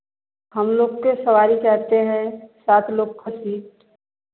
हम लोग के सवारी करते हैं सात लोग खातिर